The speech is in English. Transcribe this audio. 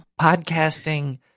podcasting